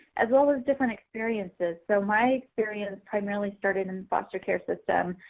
as well as different experiences. so my experience primarily started in foster care system.